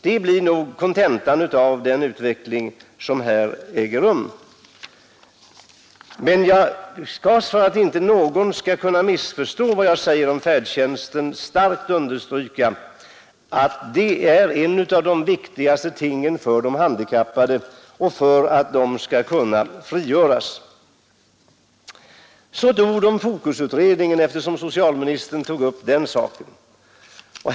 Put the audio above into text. Det blir nog kontentan av den utveckling som här äger rum. För att inte någon skall missförstå mig vill jag ännu en gång starkt understryka att färdtjänsten är en av de viktigaste insatserna när det gäller att byta de handikappades isolering. Så ett par ord om Fokusutredningen, eftersom socialministern tog upp den saken.